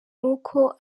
nk’uko